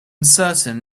certain